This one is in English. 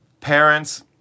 parents